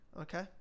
Okay